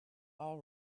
all